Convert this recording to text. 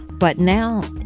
but now,